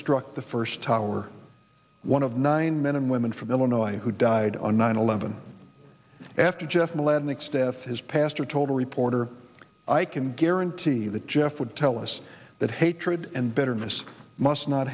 struck the first tower one of nine men and women from illinois who died on nine eleven after jeff melanic staff his pastor told a reporter i can guarantee that jeff would tell us that hatred and bitterness must not